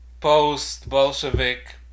post-bolshevik